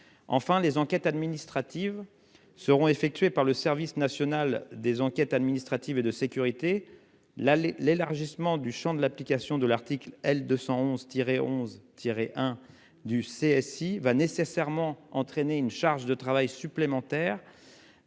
Enfin, les enquêtes administratives seront effectuées par le Service national des enquêtes administratives et de sécurité. La, les, l'élargissement du Champ de l'application de l'article L 211 tirer 11 tirer hein du CSI va nécessairement entraîner une charge de travail supplémentaire.